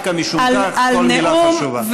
אבל דווקא משום כך כל מילה חשובה.